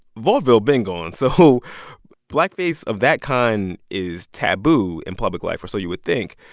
vaudeville been gone, so blackface of that kind is taboo in public life or so you would think.